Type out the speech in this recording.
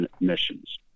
missions